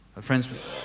Friends